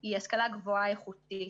היא השכלה גבוהה איכותית.